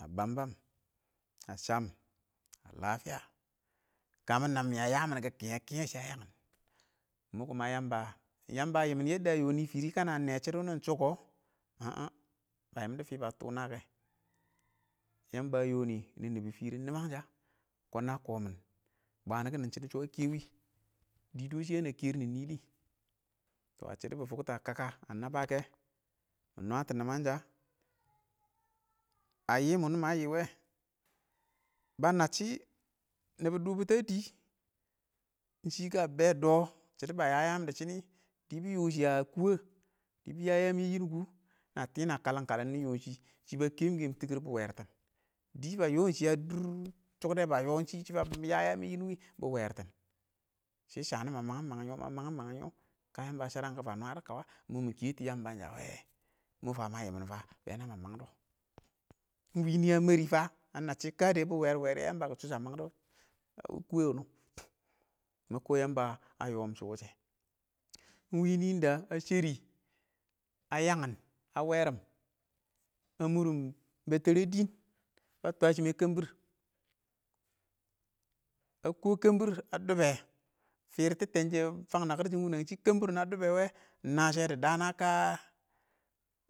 A bəm-bəm,ə cham, a lafiya, kamɪ nam miya yamim kʊ kɪngnɛ kɪngnɛ shɛ a yaən ɪng mʊ kʊmə ɪng yamba ɪng yamba ə yɪmɪn ɪng yəndə ə yɔnɪ fɪrɪ, kədə ə nɛ shɪdʊ ɪng wʊnʊ ɪng sɔ kɔ, ʊmm ʊmm bə yɪmdɔ fɪɪ bə tʊʊ ɪng nəə kɛ, ɪng yəmbə ə yɔnɪ nɪn ɪng nɪbɪ fɪrɪm ɪng nɪməngshə, kɔnə a komɪn bwantɪkin shɪdɔ shɔ a kɛ wɪ, dɪɪ dɔ shɪ yana kerɪ sho nɪn nɪ lɪ, tɔh ə shɪ shɔ dɪ fokto a kaka a naba ke, ɪng mə nwətɔ nimanshə, ə yɪ wunɪ ma yiwe, ba nə shɪ nibe dʊbʊ ə dɪ, ɪng shɪ kə be dɔ shɪdo bə yə yaan dɪ shɪnɪ, dɪ biyo shɪ a kuwɛ dɪ bɪ ya yaam yɛ nɪn kʊ na tɪ ɪng nə kələm-kələm nɪ yɔshɪ, shɪ ba keken titir bɪ wertɪn, dɪ ba yɔɔ shɪ a dʊr chukdɛ bə yɔɔ shɪ ba ya yaam yɛ yɪn wɪn kʊ bɪ wertin, shɪ shanɪ ɪng mɔ mangim-mangim yo kə yamba shirəm kʊ ba nwado kawa ing mɔ mɪ ketu yamba sha wɛ, mɔ fə ma yimɪn be nama mang dɔ ɪng wi nɪ a mari fa, ə nə shɪ kə dɛ bɪ war war yɛ yamba kɔ shɔ nasha mang dɔ, a wɪ kuwɛ wʊnʊ, ɪng ma kɔɔ yambə a yom sho wushe ɪng wɪɪn nɪn də ə sharɪ ə yangin, ə warim, a murɪn betere dɪn ba twashime kenbir ə kɔɔ kɛmbɪr a dubbe, firkin teeshe wɔɔ, fəng nəkɪr wine shɪ kɛmbɪr wuni a dubbe wɛ ing na shɛ dɪ daan na ka,